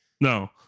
No